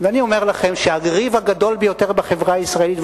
אני אומר לכם שהריב הגדול ביותר בחברה הישראלית,